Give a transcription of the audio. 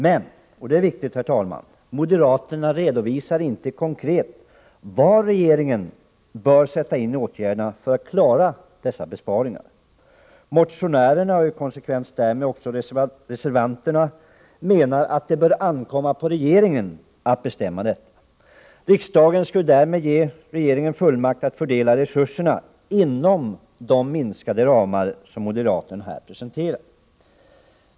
Men — och det är viktigt — moderaterna redovisar inte konkret var regeringen bör sätta in åtgärderna för att klara dessa besparingar. Motionärerna — och i konsekvens därmed också reservanterna — menar att det bör ankomma på regeringen att bestämma detta. Riksdagen skulle därmed ge regeringen fullmakt att fördela resurserna inom de minskade ramar som moderaterna presenterat.